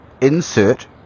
insert